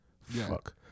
Fuck